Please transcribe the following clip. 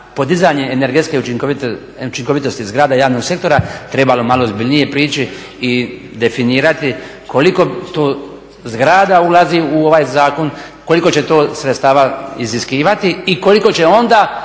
podizanje energetske učinkovitosti zgrada javnog sektora, trebalo malo ozbiljnije prići i definirati koliko to zgrada ulazi u ovaj zakon, koliko će to sredstava iziskivati i koliko će onda